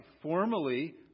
formally